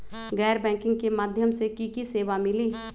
गैर बैंकिंग के माध्यम से की की सेवा मिली?